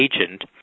agent